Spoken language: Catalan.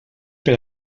per